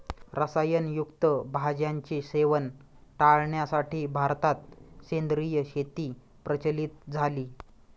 रसायन युक्त भाज्यांचे सेवन टाळण्यासाठी भारतात सेंद्रिय शेती प्रचलित झाली